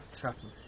chapman.